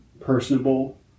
Personable